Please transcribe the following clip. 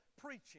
preaching